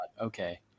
okay